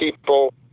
people